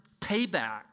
payback